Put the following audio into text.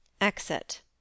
Exit